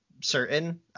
certain